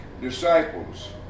disciples